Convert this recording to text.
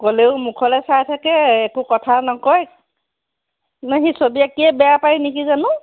ক'লেও মুখলৈ চাই থাকে একো কথাও নকয় নে সি ছবি আঁকিয়ে বেয়া পায় নেকি জানো